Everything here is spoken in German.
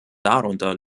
darunter